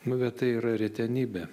nu bet tai yra retenybė